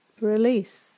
release